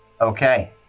Okay